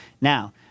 Now